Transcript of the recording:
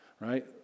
right